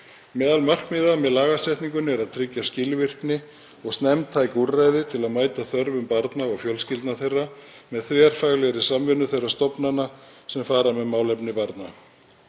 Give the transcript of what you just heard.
Meðal markmiða með lagasetningunni er að tryggja skilvirkni og snemmtæk úrræði til að mæta þörfum barna og fjölskyldna þeirra með þverfaglegri samvinnu þeirra stofnana sem fara með málefni barna.